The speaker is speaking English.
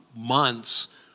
months